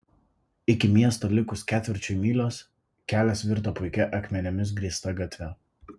iki miesto likus ketvirčiui mylios kelias virto puikia akmenimis grįsta gatve